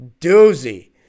doozy